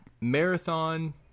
Marathon